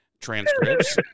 transcripts